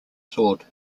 sword